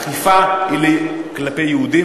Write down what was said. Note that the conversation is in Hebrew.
הכיבוש הוא לא לגיטימי,